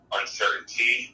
uncertainty